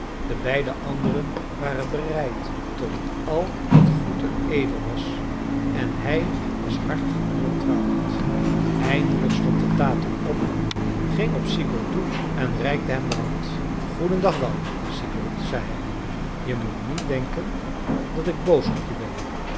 de beide anderen waren bereid tot al wat goed en edel was en hij was hard en wantrouwend eindelijk stond de tater op ging op sigurd toe en reikte hem de hand goeden dag dan sigurd zei hij je moet niet denken dat ik boos op je ben